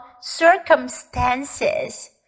circumstances